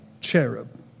cherub